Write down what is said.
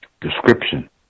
description